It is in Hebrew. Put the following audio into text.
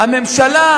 "הממשלה",